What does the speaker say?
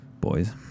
Boys